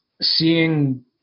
seeing